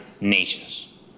Nations